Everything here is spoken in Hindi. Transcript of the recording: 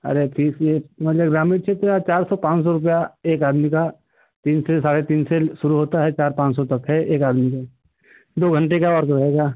अरे फीस ये तुम्हारे लिए ग्रामीण क्षेत्र यार चार सौ पाँच सौ रुपये एक आदमी का तीन साढ़े तीन से शुरू होता है साढ़े चार पाँच सौ रुपये है एक आदमी का दो घंटे का और रहेगा